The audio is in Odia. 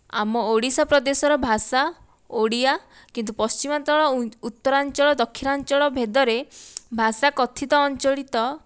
ଆମ ଓଡ଼ିଶା ପ୍ରଦେଶର ଭାଷା ଓଡ଼ିଆ କିନ୍ତୁ ପଶ୍ଚିମାଞ୍ଚଳ ଉତ୍ତରାଞ୍ଚଳ ଦକ୍ଷିଣାଞ୍ଚଳ ଭେଦରେ ଭାଷା କଥିତ ଅଞ୍ଚଳିତ